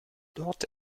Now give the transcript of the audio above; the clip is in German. dort